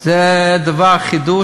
זה חידוש.